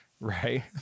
Right